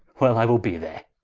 well, i will be there.